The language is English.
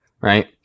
Right